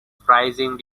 pricing